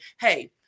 hey